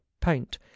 paint